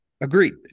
Agreed